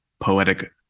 poetic